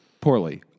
poorly